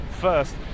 first